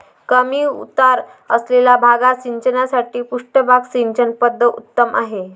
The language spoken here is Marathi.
कमी उतार असलेल्या भागात सिंचनासाठी पृष्ठभाग सिंचन पद्धत सर्वोत्तम आहे